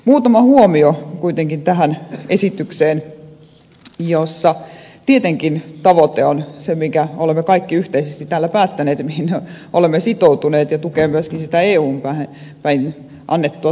muutama huomio kuitenkin tähän esitykseen jossa tietenkin tavoite on se minkä olemme kaikki yhteisesti täällä päättäneet ja mihin olemme sitoutuneet ja mikä tukee myöskin sitä euhun päin annettua sitoumusta